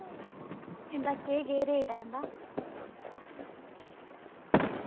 इं'दा केह् केह् रेट ऐ इं'दा